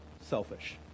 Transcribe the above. selfish